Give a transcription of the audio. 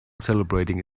celebrating